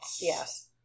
yes